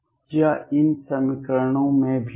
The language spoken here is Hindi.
यह इन समीकरणों में भी है